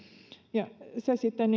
ja se sitten